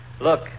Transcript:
Look